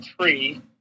three